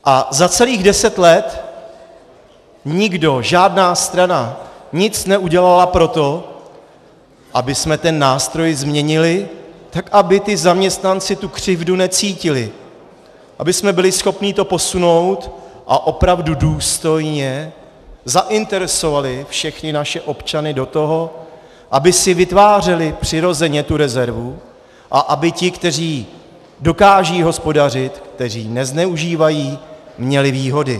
A za celých deset let nikdo, žádná strana nic neudělala pro to, abychom ten nástroj změnili tak, aby ti zaměstnanci tu křivdu necítili, abychom byli schopni to posunout a opravdu důstojně zainteresovali všechny naše občany do toho, aby si vytvářeli přirozeně tu rezervu a aby ti, kteří dokážou hospodařit, kteří nezneužívají, měli výhody.